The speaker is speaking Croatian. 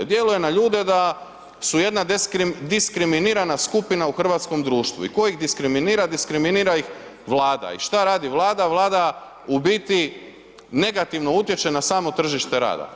Djeluje na ljude da su jedna diskriminirana skupina u hrvatskom društvu i ko ih diskriminira, diskriminira ih Vlada i šta radi Vlada, Vlada u biti negativno utječe na samo tržište rada.